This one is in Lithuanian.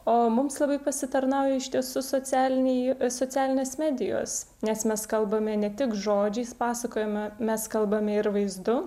o mums labai pasitarnauja iš tiesų socialiniai socialinės medijos nes mes kalbame ne tik žodžiais pasakojame mes kalbame ir vaizdu